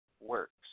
works